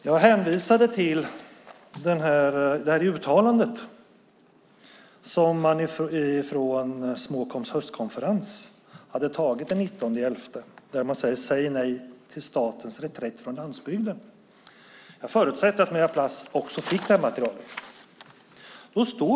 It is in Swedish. Jag hänvisade till uttalandet som man antog vid Småkoms höstkonferens den 19 november. Man säger nej till statens reträtt från landsbygden. Jag förutsätter att Maria Plass också fick materialet.